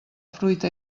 fruita